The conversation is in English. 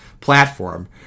platform